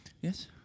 Yes